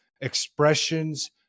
expressions